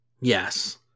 Yes